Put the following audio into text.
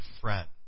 friend